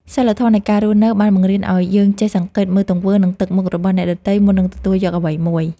សីលធម៌នៃការរស់នៅបានបង្រៀនឱ្យយើងចេះសង្កេតមើលទង្វើ និងទឹកមុខរបស់អ្នកដទៃមុននឹងទទួលយកអ្វីមួយ។